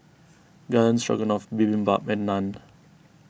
Garden Stroganoff Bibimbap and Naan